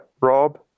Rob